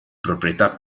proprietà